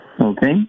okay